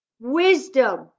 wisdom